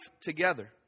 together